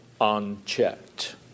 unchecked